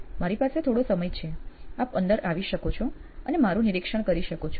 મારી પાસે થોડો સમય છે આપ અંદર આવી શકો અને મારુ નિરીક્ષણ કરી શકો છો